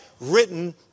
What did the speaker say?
written